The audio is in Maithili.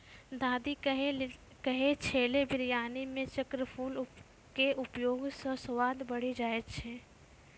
दादी कहै छेलै बिरयानी मॅ चक्रफूल के उपयोग स स्वाद बढ़ी जाय छै